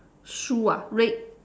shoe ah red